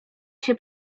się